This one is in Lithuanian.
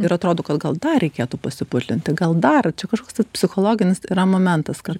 ir atrodo kad gal dar reikėtų pasiputlinti gal dar čia kažkoks psichologinis yra momentas kad